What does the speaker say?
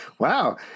Wow